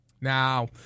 Now